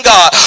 God